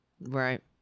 Right